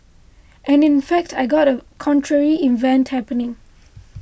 and in fact I got a contrary event happening